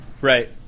Right